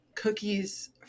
Cookie's